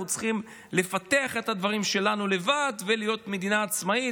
אנחנו צריכים לפתח את הדברים שלנו לבד ולהיות מדינה עצמאית.